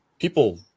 people